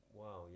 wow